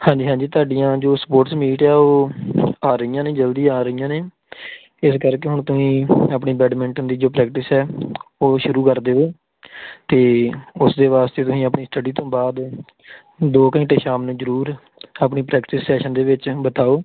ਹਾਂਜੀ ਹਾਂਜੀ ਤੁਹਾਡੀਆਂ ਜੋ ਸਪੋਰਟਸ ਮੀਟ ਆ ਉਹ ਆ ਰਹੀਆਂ ਨੇ ਜਲਦੀ ਆ ਰਹੀਆਂ ਨੇ ਇਸ ਕਰਕੇ ਹੁਣ ਤੁਸੀਂ ਆਪਣੀ ਬੈਡਮਿੰਟਨ ਦੀ ਜੋ ਪ੍ਰੈਕਟਿਸ ਹੈ ਉਹ ਸ਼ੁਰੂ ਕਰ ਦਿਉ ਅਤੇ ਉਸਦੇ ਵਾਸਤੇ ਤੁਸੀਂ ਆਪਣੀ ਸਟੱਡੀ ਤੋਂ ਬਾਅਦ ਦੋ ਘੰਟੇ ਸ਼ਾਮ ਨੂੰ ਜ਼ਰੂਰ ਆਪਣੀ ਪ੍ਰੈਕਟਿਸ ਸੈਸ਼ਨ ਦੇ ਵਿੱਚ ਬਿਤਾਉ